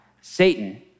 Satan